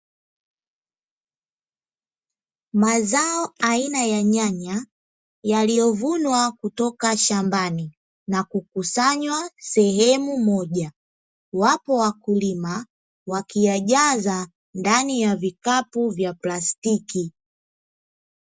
Mazao aina ya nyanya yaliyovunwa kutoka shambani na kukusanywa sehemu moja, wapo wakulima wakiyajaza ndani ya vikapu vya plastiki.